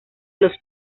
los